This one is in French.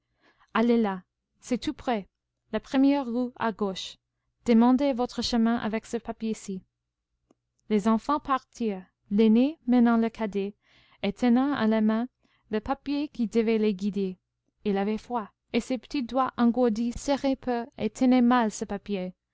allez là c'est tout près la première rue à gauche demandez votre chemin avec ce papier ci les enfants partirent l'aîné menant le cadet et tenant à la main le papier qui devait les guider il avait froid et ses petits doigts engourdis serraient peu et tenaient mal ce papier